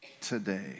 today